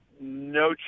no